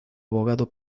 abogado